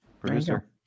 Producer